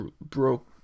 broke